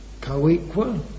co-equal